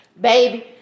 Baby